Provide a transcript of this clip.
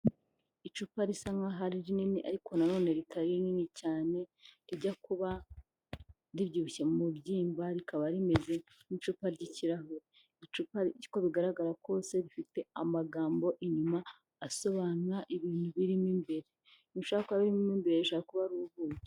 Icupa risa nkahohari rinini ariko na none ritari rinini cyane rijya kuba ribyishye mubyimba rikaba rimeze nk'icupa ry'ikirahuri icupa uko bigaragara kose rifite amagambo inyuma asobanura ibintu birimo imbere ibintu bishobora kuba birimo imbrre bishobora kuba ari ubuki.